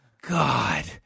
God